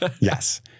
yes